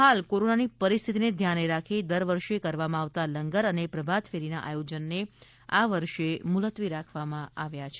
હાલ કોરોનાની પરિસ્થિતિને ધ્યાને રાખી દરવર્ષે કરવામાં આવતા લંગર અને પ્રભાતફેરીના આયોજનને આ વર્ષે મુલતવી રાખવામા આવ્યા હતા